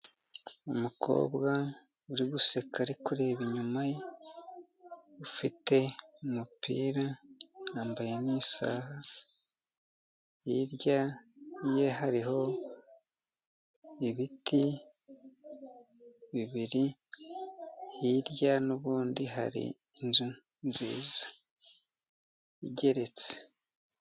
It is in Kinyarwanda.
Umukobwa uri guseka ari kureba inyuma, ufite umupira yambaye n'isaha. Hirya ye hariho ibiti bibiri, hirya n'ubundi hari inzu nziza igeretse.